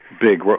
big